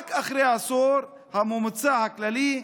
רק אחרי עשור הממוצע הכללי,